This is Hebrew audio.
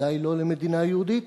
בוודאי לא למדינה יהודית,